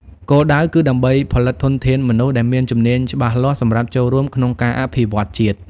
គោលដៅគឺដើម្បីផលិតធនធានមនុស្សដែលមានជំនាញច្បាស់លាស់សម្រាប់ចូលរួមក្នុងការអភិវឌ្ឍជាតិ។